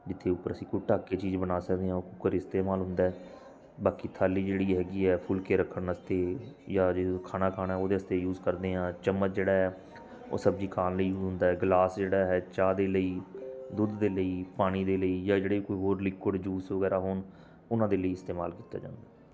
ਜਿੱਥੇ ਉੱਪਰ ਅਸੀਂ ਕੋਈ ਢੱਕ ਕੇ ਚੀਜ਼ ਬਣਾ ਸਕਦੇ ਹਾਂ ਉਹ ਕੂਕਰ ਇਸਤੇਮਾਲ ਨੂੰ ਹੁੰਦਾ ਹੈ ਬਾਕੀ ਥਾਲੀ ਜਿਹੜੀ ਹੈਗੀ ਹੈ ਫੁੱਲਕੇ ਰੱਖਣ ਵਾਸਤੇ ਜਾਂ ਖਾਣਾ ਖਾਣਾ ਉਹਦੇ ਵਾਸਤੇ ਯੂਜ ਕਰਦੇ ਹਾਂ ਚਮਚ ਜਿਹੜਾ ਹੈ ਉਹ ਸਬਜ਼ੀ ਖਾਣ ਲਈ ਯੂਜ ਹੁੰਦਾ ਗਿਲਾਸ ਜਿਹੜਾ ਹੈ ਚਾਹ ਦੇ ਲਈ ਦੁੱਧ ਦੇ ਲਈ ਪਾਣੀ ਦੇ ਲਈ ਜਾਂ ਜਿਹੜੇ ਕੋਈ ਹੋਰ ਲਿਕ਼ਉਆੱਡ ਜੂਸ ਵਗੈਰਾ ਹੋਣ ਉਹਨਾਂ ਦੇ ਲਈ ਇਸਤੇਮਾਲ ਕੀਤਾ ਜਾਂਦਾ